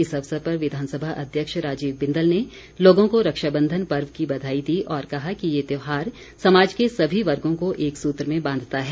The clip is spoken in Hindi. इस अवसर पर विघानसभा अध्यक्ष राजीव बिंदल ने लोगों को रक्षाबंधन पर्व की बघाई दी और कहा कि ये त्योहार समाज के सभी वर्गों को एक सूत्र में बांधता है